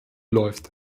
läuft